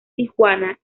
tijuana